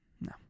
No